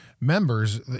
members